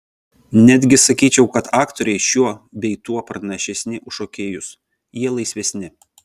netgi sakyčiau kad aktoriai šiuo bei tuo pranašesni už šokėjus jie laisvesni